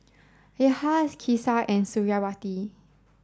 Yahya Kasih and Suriawati